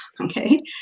Okay